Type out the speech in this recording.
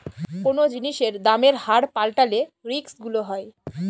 কোনো জিনিসের দামের হার পাল্টালে রিস্ক গুলো হয়